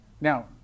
now